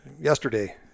yesterday